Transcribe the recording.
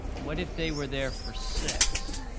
what if they were there for six?